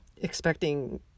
expecting